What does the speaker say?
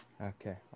Okay